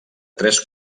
tres